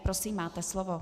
Prosím, máte slovo.